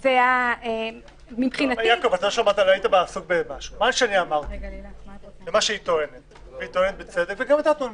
יעקב אשר, היא טוענת בצדק, וגם אתה טוען בצדק,